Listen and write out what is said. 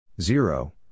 Zero